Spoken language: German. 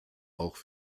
auch